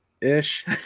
ish